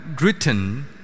written